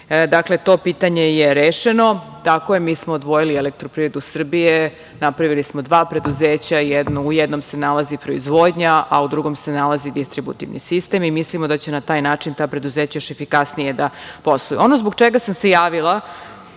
Srbije. Dakle, to pitanje je rešeno. Tako je, mi smo odvojili Elektroprivredu Srbije, napravili smo dva preduzeća, u jednom se nalazi proizvodnja a u drugom se nalazi distributivni sistem i mislimo da će na taj način ta preduzeća još efikasnije da posluju. Ono zbog čega sam se javila